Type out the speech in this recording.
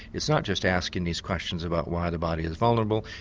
it's not just asking these questions about why the body is vulnerable,